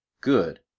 Good